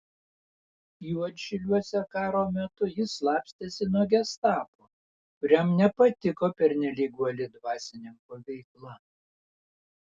juodšiliuose karo metu jis slapstėsi nuo gestapo kuriam nepatiko pernelyg uoli dvasininko veikla